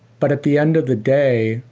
but at the end of the day,